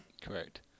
Correct